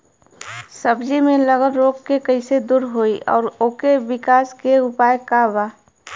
सब्जी में लगल रोग के कइसे दूर होयी और ओकरे विकास के उपाय का बा?